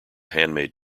handmade